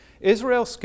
Israel